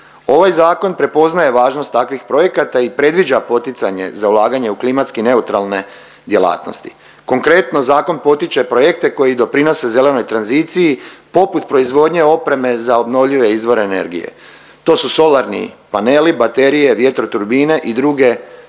Ovaj zakon prepoznaje važnost takvih projekata i predviđa poticanje za ulaganje u klimatski neutralne djelatnosti. Konkretno zakon potiče projekte koji doprinose zelenoj tranziciji poput proizvodnje opreme za obnovljive izvore energije. To su solarni paneli, baterije, vjetro turbine i druge ekološke